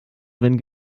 wenn